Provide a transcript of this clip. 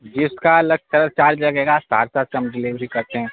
جس کا الگ سر چارج لگے گا ساتھ ساتھ ہم دلیوری کرتے ہیں